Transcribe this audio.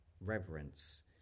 reverence